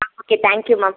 ah okay thank you ma'am